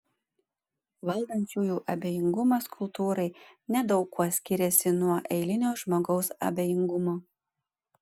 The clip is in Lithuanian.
valdančiųjų abejingumas kultūrai nedaug kuo skiriasi nuo eilinio žmogaus abejingumo